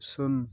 ଶୂନ